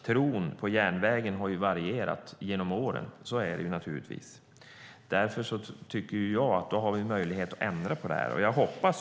Tron på järnvägen har varierat genom åren. Så är det, naturligtvis. Därför anser jag att vi har möjlighet att ändra på detta.